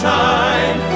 time